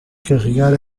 carregar